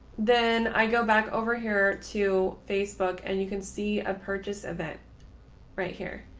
then i go back over here to facebook and you can see a purchase of it right here,